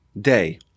day